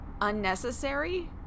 unnecessary